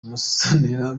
musonera